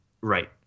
Right